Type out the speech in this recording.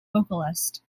vocalist